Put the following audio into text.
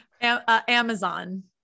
Amazon